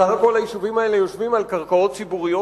סך הכול היישובים האלה יושבים על קרקעות ציבוריות